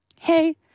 Hey